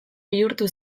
bihurtu